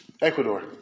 Ecuador